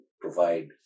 provide